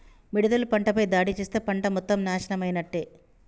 మిడతలు పంటపై దాడి చేస్తే పంట మొత్తం నాశనమైనట్టే